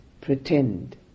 Pretend